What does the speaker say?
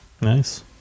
Nice